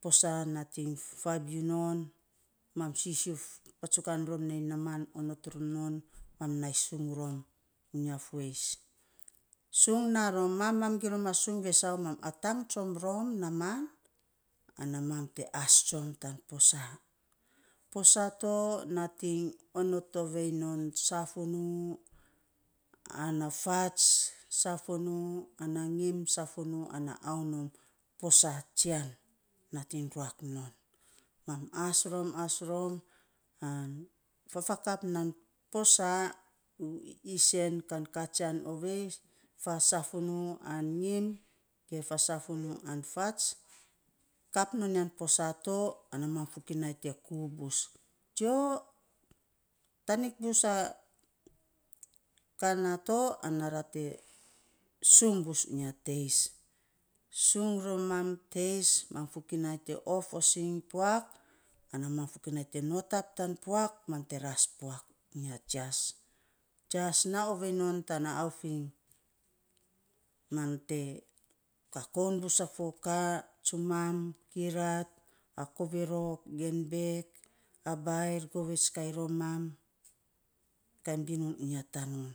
posaa nating fabiu non mam sisiuf patsukan rom nei namaan onot rom non mam nai sung rom unya fueis. Sung na ro mam roma sung vesau, mam atang tsom rom namaan, ana mam te as tsom tan posaa. Posaa to nating onot ovei non safunuu ana fats, safunuu ana ngim, safunuu ana aunom posaa tsian nating ruak non. Mam as rom as rom an fafakap nan posaa isen kan katsian ovei, fats safunuu an ngim ge fas safunuu an fats, kat non ya posaa to mam fokinai te kuu bus, nyo, tanik bus a ka na to ana ra te sung bus unyia teis. Sung ro mam teis, mam fokinai te of osing puak, ana mam fokinai te notap tan puak mam te ras puak unyia jias. Jias na ovei non tana aofing, mam te kakoun bus a fo ka tsumam, kirat a koverok gen bek, a bair govets kai romam, kainy binun unya tanun.